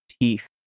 teeth